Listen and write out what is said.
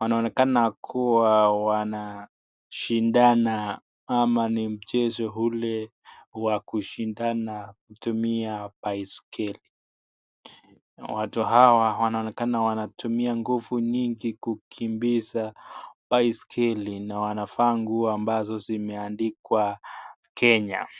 Wanaonekana kuwa wanashindana ama ni mchezo ule wa kushindana kutumia baiskeli. Watu hawa wanaonekana wanatumia nguvu nyingi kukimbiza baiskeli na wanavaa nguo ambazo zimeandikwa Kenya.